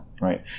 right